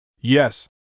Yes